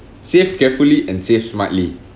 save carefully and save smartly